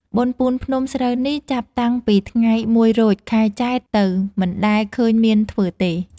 បុណ្យពូនភ្នំ ស្រូវនេះ ចាប់តាំងពីថ្ងៃ ១ រោច ខែចែត្រទៅ មិនដែលឃើញមានធ្វើទេ ។